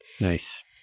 Nice